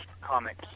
comics